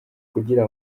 kugira